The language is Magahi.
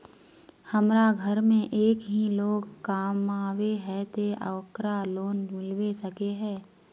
हमरा घर में एक ही लोग कमाबै है ते ओकरा लोन मिलबे सके है?